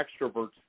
extrovert's